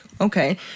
Okay